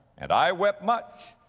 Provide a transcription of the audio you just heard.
and i wept much,